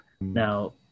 Now